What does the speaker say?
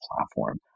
platform